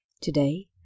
Today